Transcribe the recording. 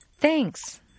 Thanks